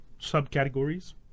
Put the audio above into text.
subcategories